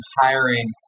hiring